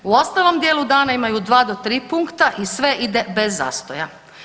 U ostalom dijelu dana imaju 2 do 3 punkta i sve ide bez zastoja.